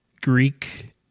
Greek